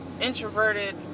introverted